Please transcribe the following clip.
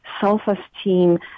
self-esteem